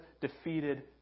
defeated